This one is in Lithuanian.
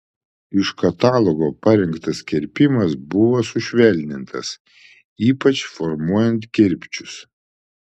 iš katalogo parinktas kirpimas buvo sušvelnintas ypač formuojant kirpčius